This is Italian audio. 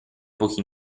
pochi